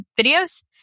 videos